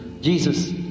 jesus